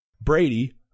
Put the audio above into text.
Brady